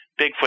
Bigfoot